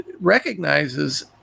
recognizes